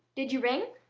did you ring?